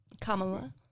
Kamala